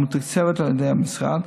המתוקצבת על ידי המשרד,